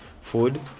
food